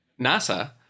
Nasa